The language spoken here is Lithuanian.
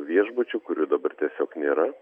viešbučių kurių dabar tiesiog nėra